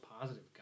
positive